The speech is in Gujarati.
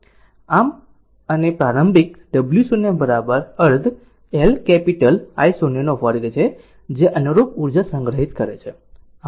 આમ અને પ્રારંભિક W 0 અર્ધ L કેપિટલ I0 વર્ગ છે તે અનુરૂપ ઉર્જા સંગ્રહિત કરે છે આમ આ સમીકરણ છે